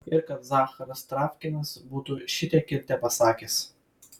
ir kad zacharas travkinas būtų šitiek ir tepasakęs